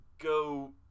go